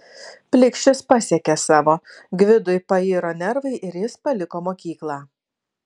plikšis pasiekė savo gvidui pairo nervai ir jis paliko mokyklą